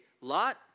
Lot